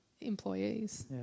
employees